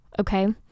okay